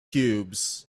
cubes